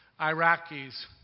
Iraqis